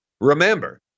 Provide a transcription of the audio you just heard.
Remember